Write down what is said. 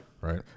Right